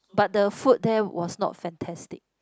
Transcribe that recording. but the food there was not fantastic